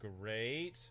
Great